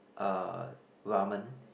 uh ramen